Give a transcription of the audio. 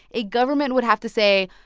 a government would have to say,